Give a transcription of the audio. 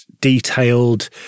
detailed